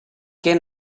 què